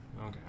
Okay